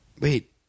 Wait